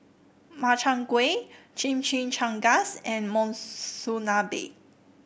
Makchang Gui Chimichangas and Monsunabe